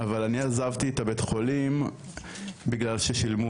אבל אני עזבתי את בית החולים בגלל ששילמו